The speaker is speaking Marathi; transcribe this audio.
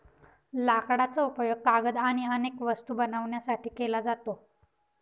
लाकडाचा उपयोग कागद आणि अनेक वस्तू बनवण्यासाठी केला जातो